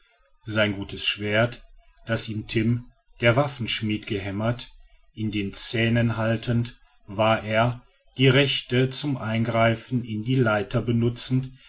sein gutes schwert das ihm timm der waffenschmied gehämmert in den zähnen haltend war er die rechte zum eingreifen in die leiter benutzend